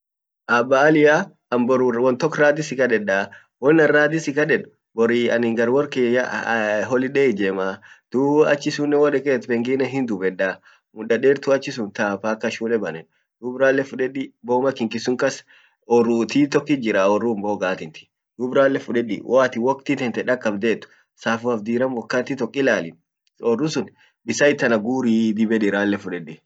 abba allia an bor won tok radhi sikadedaa, won an radhi sikaded borii anin gar workiyaa holiday ijemaa dub achisunnen waan ijem pengine hiijema muda dertu achisun taa mpka shule banen dub rale fudedi boma kinki sun kas orru tii tokut jira, orru ta mboga tinti dub ralle fudedi wokti tente dakabtet safoaf diram wakat tok ilali orru sun bisan ittana guriii ralle fudedi